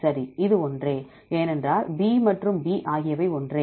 சரி இது ஒன்றே ஏனென்றால் B மற்றும் B ஆகியவை ஒன்றே